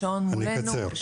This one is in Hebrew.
השעון מולנו,